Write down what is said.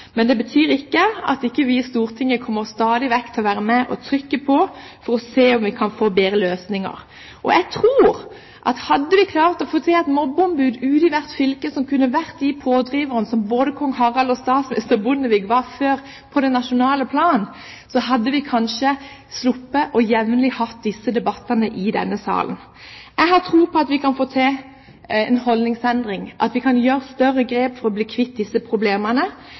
men det betyr ikke at ikke vi i Stortinget stadig vekk kommer til å være med og trykke på for å se om vi kan få bedre løsninger. Jeg tror at hadde vi klart å få til et mobbeombud ute i hvert fylke – som kunne vært de pådriverne som både kong Harald og statsminister Bondevik var før, på det nasjonale plan – hadde vi kanskje sluppet jevnlig å ha disse debattene i denne salen. Jeg har tro på at vi kan få til en holdningsendring, at vi kan ta større grep for å bli kvitt disse problemene,